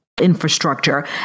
Infrastructure